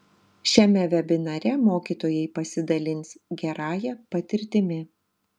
šiame vebinare mokytojai pasidalins gerąja patirtimi